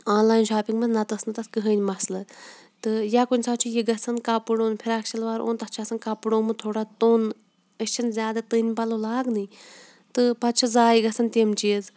online shopping منٛز نہ تہٕ ٲس نہٕ تَتھ کٕہٕنۍ مسلہٕ تہٕ یا کُنہِ ساتہٕ چھِ یہِ گژھان کَپُر فراق شلوار اوٚن تَتھ چھِ آسَن کَپُر آمُت تھوڑا توٚن أسۍ چھِنہٕ زیادٕ تٔنۍ پَلو لاگنٕے تہٕ پَتہٕ چھِ زایہِ گژھان تِم چیٖز